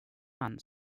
man